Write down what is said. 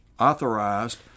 authorized